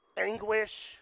anguish